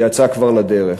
שיצא כבר לדרך.